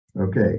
Okay